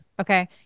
okay